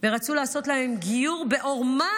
ורצו לעשות להם גיור בעורמה.